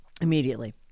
Immediately